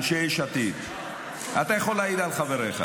אנשי יש עתיד, אתה יכול להעיד על חבריך,